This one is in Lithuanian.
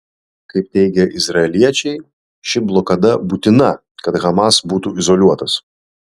kaip teigia izraeliečiai ši blokada būtina kad hamas būtų izoliuotas